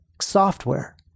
software